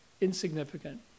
insignificant